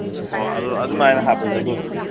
ꯍꯣꯏ ꯑꯗꯨ ꯑꯗꯨꯃꯥꯏꯅ ꯍꯥꯞꯄꯁꯤ ꯑꯗꯨ